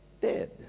Dead